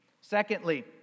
Secondly